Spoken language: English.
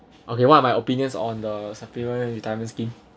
okay one of my opinions on the supplementary retirement scheme